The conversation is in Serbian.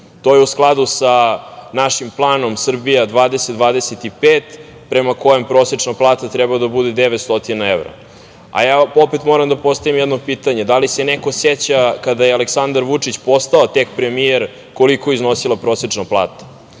To je u skladu sa našim planom „Srbija 20-25“ prema kojem prosečna plata treba da bude 900 evra. Opet moram da postavim jedno pitanje – da li se neko seća kada je Aleksandar Vučić postao tek premijer koliko je iznosila prosečna plata?